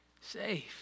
safe